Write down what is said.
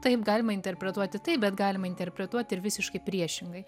taip galima interpretuoti taip bet galima interpretuoti ir visiškai priešingai